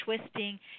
twisting